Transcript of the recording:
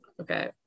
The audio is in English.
Okay